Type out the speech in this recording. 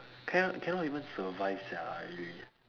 cannot cannot even survive sia really